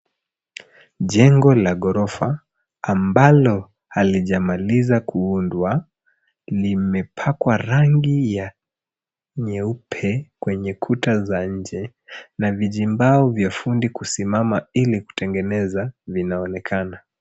Jengo la ghorofa ambalo halijamaliza kuundwa limepakwa rangi ya nyeupe kwenye kuta za nje na vijimbao vya fundi kusimama ili kutengeneza vinaonekana.